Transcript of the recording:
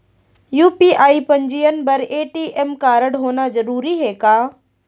UPI पंजीयन बर ATM कारडहोना जरूरी हे का?